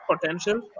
potential